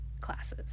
classes